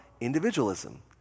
individualism